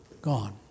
Gone